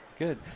Good